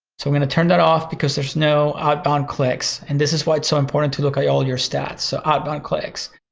so i'm gonna turn that off because there's you know outbound clicks and this is why it's so important to look at all your stats so outbound clicks.